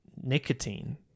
nicotine